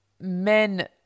men